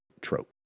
trope